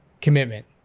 commitment